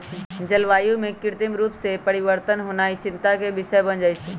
जलवायु में कृत्रिम रूप से परिवर्तन होनाइ चिंता के विषय बन जाइ छइ